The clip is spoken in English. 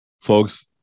Folks